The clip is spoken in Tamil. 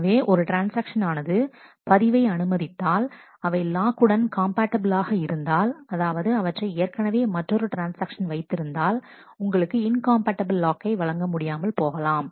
எனவே ஒரு ட்ரான்ஸ்ஆக்ஷன் ஆனது பதிவை அனுமதித்தாள் அவை லாக் உடன் காம்பேட்டபிளாக இருந்தாள் அதாவது அவற்றை ஏற்கனவே மற்றொரு ட்ரான்ஸ்ஆக்ஷன் வைத்திருந்தாள் உங்களுக்கு இன்காம்பேட்டபிள் லாக்கை வழங்க முடியாமல் போகலாம்